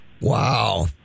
Wow